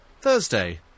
Thursday